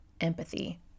empathy